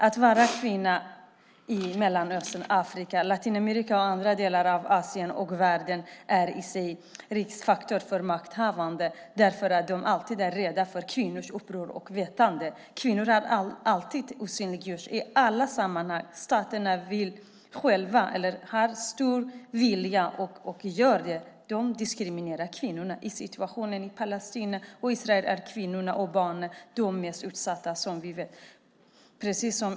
Kvinnor är i Mellanöstern, Afrika, Latinamerika och andra delar av Asien och världen i sig en riskfaktor för makthavande, eftersom dessa alltid är rädda för kvinnors uppror och vetande. Kvinnor har alltid osynliggjorts i alla sammanhang. Staterna har stor vilja till detta och gör det. De diskriminerar kvinnorna. I situationen i Palestina och Israel är kvinnorna och barnen de mest utsatta vi vet.